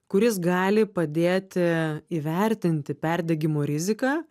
kuris gali padėti įvertinti perdegimo riziką